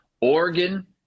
Oregon